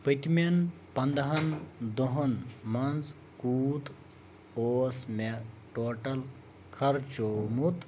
پٔتمیٚن پنٛدہن دۄہن منٛز کوٗت اوس مےٚ ٹوٹل خرچومُت